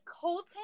Colton